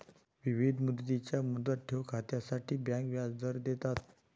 विविध मुदतींच्या मुदत ठेव खात्यांसाठी बँका व्याजदर देतात